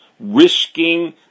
Risking